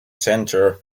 centre